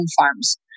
farms